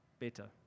Better